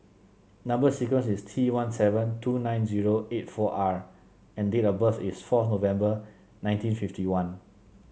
number sequence is T one seven two nine zero eight four R and date of birth is fourth November nineteen fifty one